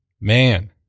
Man